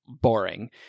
boring